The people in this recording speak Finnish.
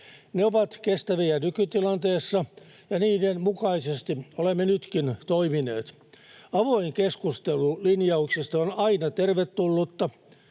Ne ovat kestäviä nykytilanteessa, ja niiden mukaisesti olemme nytkin toimineet. Avoin keskustelu linjauksista on aina tervetullutta,